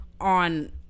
on